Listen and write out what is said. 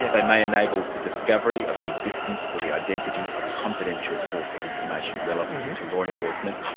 they may enable the discovery of the existence or the identity of a confidential source of information relevant to law enforcement,